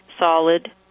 solid